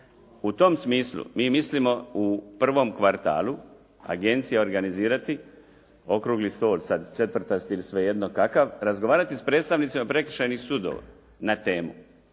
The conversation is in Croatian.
U tom smislu mi mislimo u prvom kvartalu agencije organizirati okrugli stol, četvrtasti ili svejedno kakav, razgovarati s predstavnicima prekršajnih sudova na temu